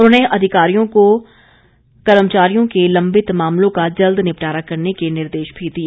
उन्होंने अधिकारियों को कर्मचारियों के लंबित मामलों का जल्द निपटारा करने के निर्देश भी दिए